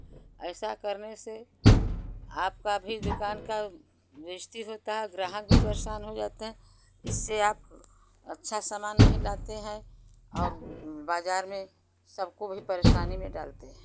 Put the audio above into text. ऐसा करने से आपका भी दुकान का बेइज़्ज़ती होता है ग्राहक भी परेशान हो जाते हैं इससे आप अच्छा सामान नहीं लाते हैं और बाज़ार में सबको भी परेशानी में डालते हैं